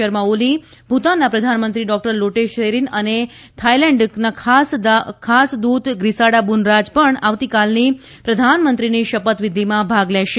શર્માઓલી ભૂતાનના પ્રધાનમંત્રી ડોકટર લોટે સેરીન અને થાઇલેન્ડ ખાસ દૂત ગ્રીસાડા બુનરાજ પણ આવતીકાલની પ્રધાનમંત્રી શપથવિધીમાં ભાગ લેશે